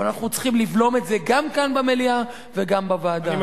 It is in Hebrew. אבל אנחנו צריכים לבלום את זה גם כאן במליאה וגם בוועדה.